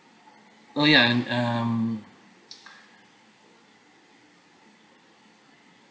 oh yeah and um